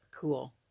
cool